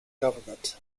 government